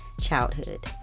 childhood